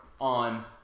on